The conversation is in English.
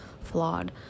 flawed